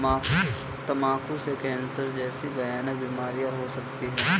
तंबाकू से कैंसर जैसी भयानक बीमारियां हो सकती है